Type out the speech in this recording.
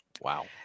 Wow